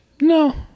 No